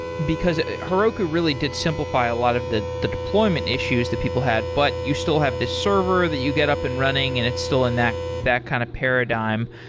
because heroku really did simplify a lot of the the deployment issues that people had, but you still have the server that you get up and running and it's still in that that kind of paradigm.